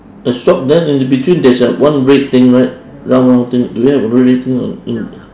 the shop then in the between there's a one red thing right round round thing do you have a red red thing or